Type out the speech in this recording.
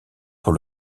pour